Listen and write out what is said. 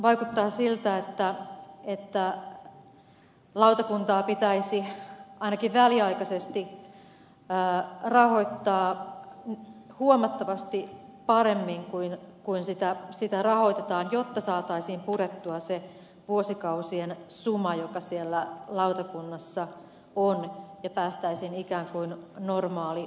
vaikuttaa siltä että lautakuntaa pitäisi ainakin väliaikaisesti rahoittaa huomattavasti paremmin kuin sitä rahoitetaan jotta saataisiin purettua se vuosikausien suma joka siellä lautakunnassa on ja päästäisiin ikään kuin normaalitilanteeseen